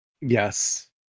yes